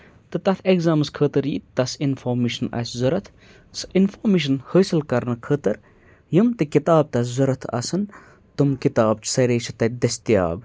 تہٕ تَتھ ایٚگزامَس خٲطرٕ یہِ تَس اِنفارمیشَن آسہِ ضوٚرَتھ سُہ اِنفارمیشَن حٲصِل کَرنہٕ خٲطرٕ یِم تہِ کِتاب تَتھ ضوٚرَتھ آسان تِم کِتاب چھِ سارے چھِ تَتہِ دٔستِیاب